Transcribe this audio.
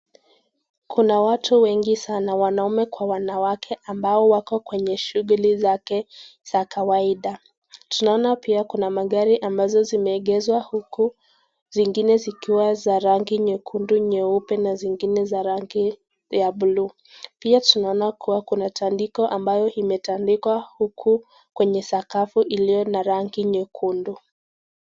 Kuna watu wengi sana, wanaume kwa wanawake ambao wako kwenye shughuli zake za kawaida. Tunaona pia kuna magari ambazo zimeegezwa huku zingine zikiwa za rangi nyekundu, nyeupe na zingine za rangiya buluu. Pia tunaona kuwa kuna tandiko ambayo imetandikwa huku kwenye sakafu iliyo na rangi nyekundu.